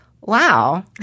wow